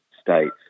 states